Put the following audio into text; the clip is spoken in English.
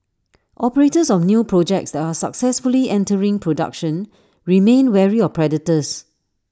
operators of new projects that are successfully entering production remain wary of predators